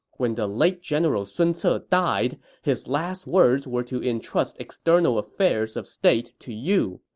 when the late general sun ce ah died, his last words were to entrust external affairs of state to you.